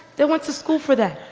they went to school for that.